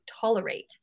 tolerate